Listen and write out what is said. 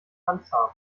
handzahm